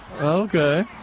Okay